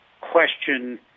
question